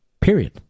Period